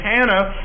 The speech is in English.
Hannah